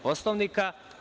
Poslovnika?